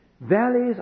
Valleys